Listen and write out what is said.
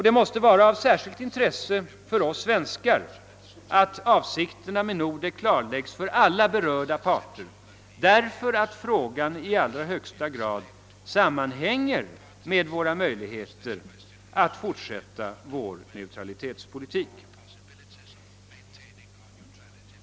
Det måste vara av särskilt intresse för oss svenskar att avsikterna med Nordek klarläggs för alla berörda parter därför att frågan i allra högsta grad sammanhänger med våra möjligheter att fortsätta vår netralitetspolitik.